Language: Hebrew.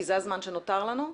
כי זה הזמן שנותר לנו.